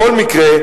בכל מקרה,